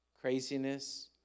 craziness